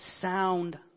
sound